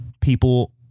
people